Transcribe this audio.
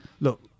look